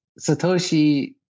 Satoshi